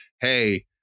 hey